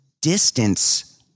distance